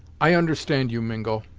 i understand you, mingo,